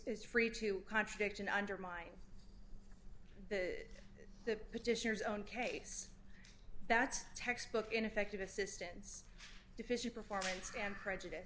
free to contradiction undermine that the petitioners own case that's textbook ineffective assistance to fish your performance and prejudice